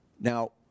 Now